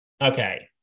Okay